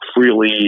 freely